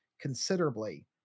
considerably